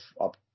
up